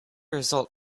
result